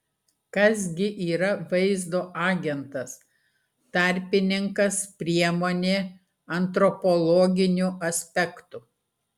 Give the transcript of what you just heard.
kas gi yra vaizdo agentas tarpininkas priemonė antropologiniu aspektu